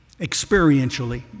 experientially